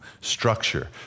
structure